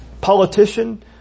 politician